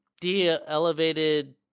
de-elevated